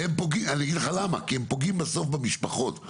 כי בסוף הם פוגעים במשפחות.